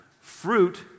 Fruit